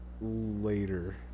later